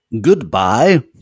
Goodbye